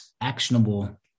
actionable